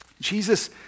Jesus